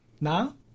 Now